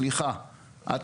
סליחה,